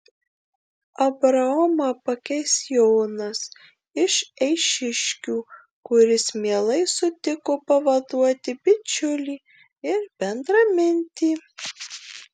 abraomą pakeis jonas iš eišiškių kuris mielai sutiko pavaduoti bičiulį ir bendramintį